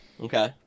Okay